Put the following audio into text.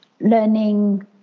learning